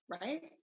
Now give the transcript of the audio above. Right